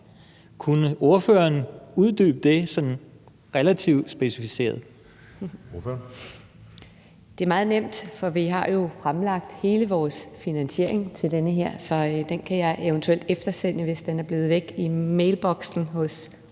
Søe): Ordføreren. Kl. 19:14 Charlotte Munch (DD): Det er meget nemt, for vi har jo fremlagt hele vores finansiering til det her. Så den kan jeg eventuelt eftersende, hvis den er blevet væk i mailboksen hos ordføreren